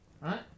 right